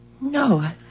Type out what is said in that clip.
No